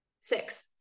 six